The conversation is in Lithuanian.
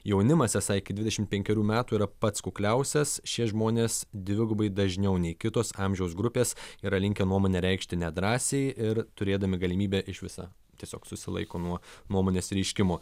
jaunimas esą iki dvidešim penkerių metų yra pats kukliausias šie žmonės dvigubai dažniau nei kitos amžiaus grupės yra linkę nuomonę reikšti nedrąsiai ir turėdami galimybę iš visa tiesiog susilaiko nuo nuomonės reiškimo